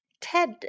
Ted